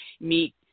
meet